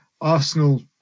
Arsenal